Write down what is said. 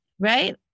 Right